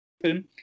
film